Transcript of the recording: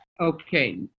Okay